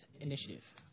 initiative